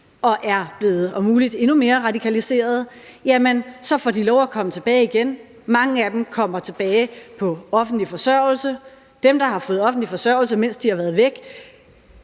og er blevet om muligt endnu mere radikaliseret, får lov at komme tilbage igen. Mange af dem kommer tilbage på offentlig forsørgelse. Bliver der stillet krav til dem, der har fået offentlig forsørgelse, mens de har været væk,